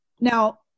Now